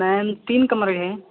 ma'am तीन कमरे हैं